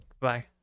Bye